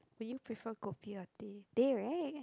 would you prefer Kopi or Teh Teh [right]